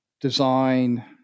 design